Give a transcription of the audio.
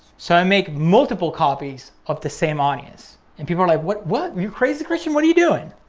so i make multiple copies of the same audience and people are like, what? what are you crazy christian? what are you doing?